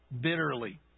bitterly